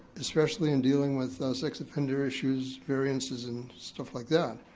especially in dealing with sex offender issues, variances, and stuff like that.